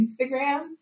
Instagram